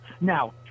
Now